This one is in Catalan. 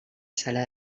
sala